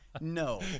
No